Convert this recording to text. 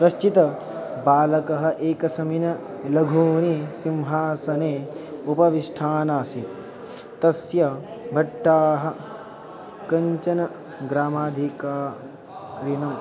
कश्चित् बालकः एकस्मिन् लघूनि सिंहासने उपविष्टवानासीत् तस्य भट्टाः कञ्चन ग्रामाधिकारिणम्